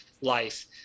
life